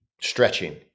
stretching